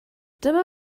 dyma